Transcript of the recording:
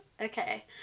Okay